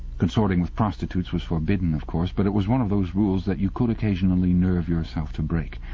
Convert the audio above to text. consorting with prostitutes was forbidden, of course, but it was one of those rules that you could occasionally nerve yourself to break.